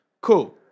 cool